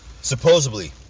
Supposedly